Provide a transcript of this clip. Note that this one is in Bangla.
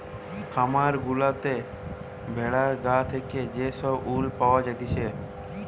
খামার গুলাতে ভেড়ার গা থেকে যে সব উল পাওয়া জাতিছে